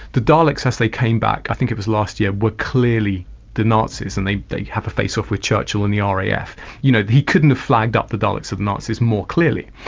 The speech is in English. the daleks as they came back i think it was last year, were clearly the nazis and they they have a face-off with churchill and the ah raf you know, he couldn't have flagged up the daleks as nazis more clearly.